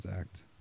Act